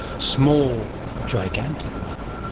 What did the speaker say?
small gigantic ones!